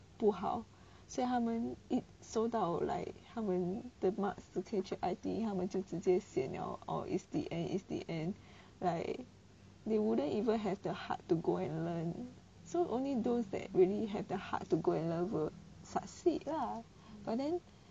不好所以他们收到 like 他们 the marks 直接去 I_T_E 他们直接就 sian liao or is the end is the end like they wouldn't even have the heart to go and learn so only those that really have the heart to go and learn will succeed lah but then